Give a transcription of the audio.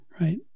right